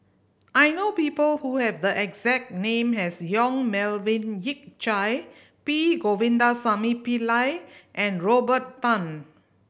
I know people who have the exact name as Yong Melvin Yik Chye P Govindasamy Pillai and Robert Tan